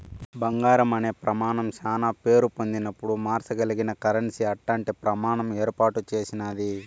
బంగారం అనే ప్రమానం శానా పేరు పొందినపుడు మార్సగలిగిన కరెన్సీ అట్టాంటి ప్రమాణం ఏర్పాటు చేసినాది